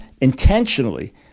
intentionally